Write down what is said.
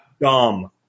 dumb